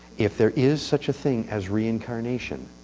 if there is such a thing as reincarnation,